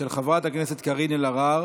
של חברת הכנסת קארין אלהרר.